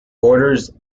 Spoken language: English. orders